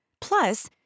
Plus